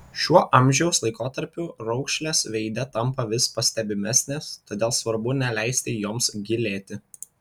šiuo amžiaus laikotarpiu raukšlės veide tampa vis pastebimesnės todėl svarbu neleisti joms gilėti